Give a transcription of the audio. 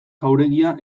jauregia